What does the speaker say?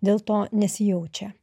dėl to nesijaučia